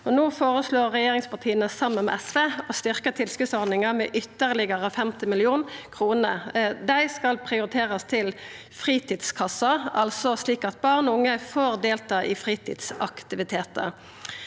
regjeringspartia, saman med SV, å styrka tilskotsordninga med ytterlegare 50 mill. kr. Dei skal prioriterast til fritidskassar, slik at barn og unge får delta i fritidsaktivitetar.